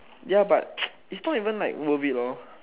ya but it's not even like worth it lor